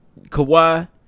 Kawhi